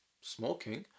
smoking